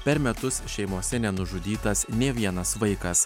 per metus šeimose nenužudytas nė vienas vaikas